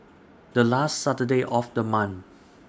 The last Saturday of The month